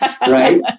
right